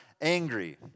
angry